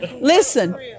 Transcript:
Listen